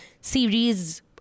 series